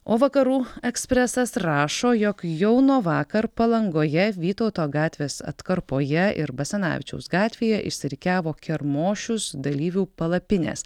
o vakarų ekspresas rašo jog jau nuo vakar palangoje vytauto gatvės atkarpoje ir basanavičiaus gatvėje išsirikiavo kermošius dalyvių palapinės